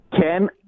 Ken